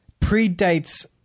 predates